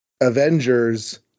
Avengers